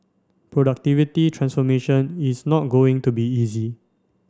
productivity transformation is not going to be easy